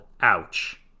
ouch